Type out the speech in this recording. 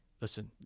listen